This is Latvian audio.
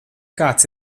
kāds